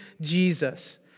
Jesus